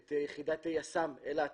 את יחידת יס"מ אילת